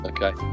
Okay